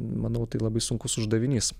manau tai labai sunkus uždavinys